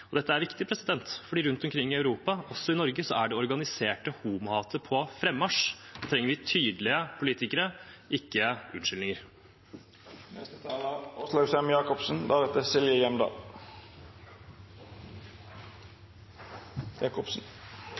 Dette er viktig, for rundt omkring i Europa – også i Norge – er det organiserte homohatet på frammarsj. Da trenger vi tydelige politikere, ikke